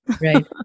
Right